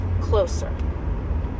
closer